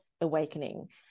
awakening